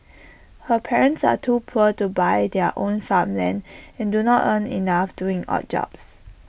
her parents are too poor to buy their own farmland and do not earn enough doing odd jobs